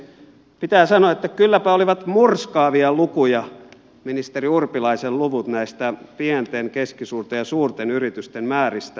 pitää sanoa että kylläpä olivat murskaavia lukuja ministeri urpilaisen luvut näistä pienten keskisuurten ja suurten yritysten määristä